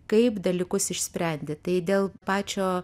kaip dalykus išsprendi tai dėl pačio